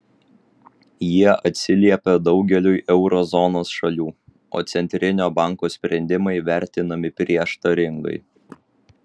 jie atsiliepia daugeliui euro zonos šalių o centrinio banko sprendimai vertinami prieštaringai